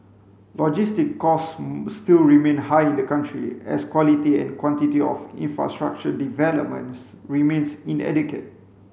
logistic costs still remain high in the country as quality and quantity of infrastructure developments remains inadequate